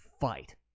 fight